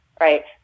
right